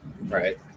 right